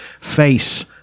face